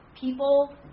People